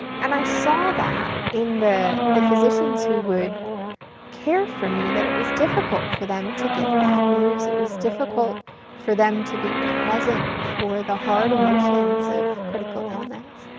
and i saw that in the the physicians who would care for me, that it was difficult for them to give bad news, it was difficult for them to be present for the hard emotions of critical illness.